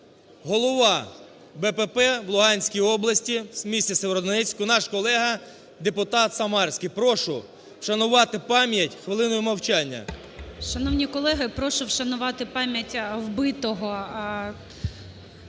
голова БПП в Луганській області в місті Сєвєродонецьку наш колега, депутат Самарський. Прошу вшанувати пам'ять хвилиною мовчання. ГОЛОВУЮЧИЙ. Шановні колеги, прошу вшанувати пам'ять вбитого